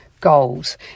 goals